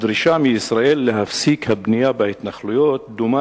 הדרישה מישראל להפסיק את הבנייה בהתנחלויות דומה